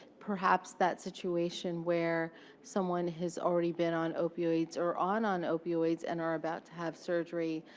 perhaps that situation where someone has already been on opioids or on on opioids and are about to have surgery,